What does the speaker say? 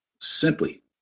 simply